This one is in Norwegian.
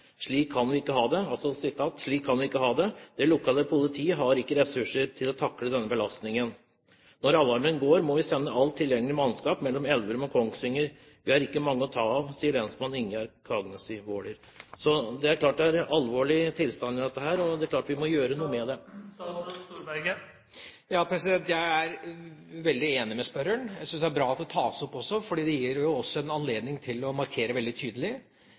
kan vi ikke ha det. Det lokale politi har ikke ressurser til å takle denne belastningen. Når alarmen går, må vi sende alt tilgjengelig mannskap mellom Elverum og Kongsvinger. Vi har ikke mange å ta av.» Det er klart at dette er alvorlige tilstander, og det er klart at vi må gjøre noe med det. Jeg er veldig enig med spørreren. Jeg synes det er bra at det tas opp, også, fordi det gir oss en anledning til å markere veldig tydelig